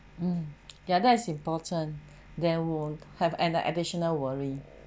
mm ya that's important there won't have an additional worry